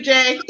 Jay